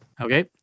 okay